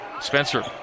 Spencer